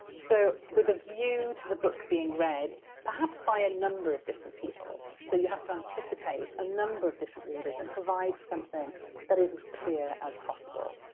so, with a view to the book being read, perhaps by a number of different people so you have to anticipate a number of different readers and provide something that is as clear as possible.